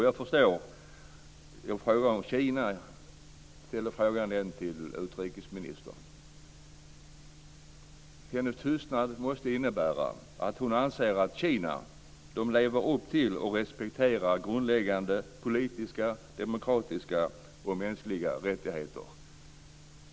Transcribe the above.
Jag ställde frågan om Kina till utrikesministern. Hennes tystnad måste innebära att hon anser att Kina lever upp till och respekterar grundläggande politiska, demokratiska och mänskliga rättigheter.